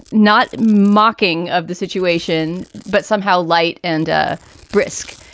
not mocking of the situation. but somehow light and brisk,